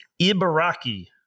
Ibaraki